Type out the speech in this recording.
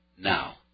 Now